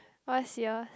what's yours